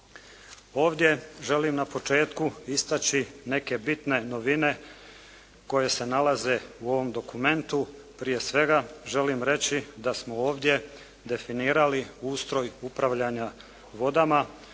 Ovdje želim na početku istaći neke bitne novine koje se nalaze u ovom dokumentu. Prije svega želim reći da smo ovdje definirali ustroj upravljanja vodama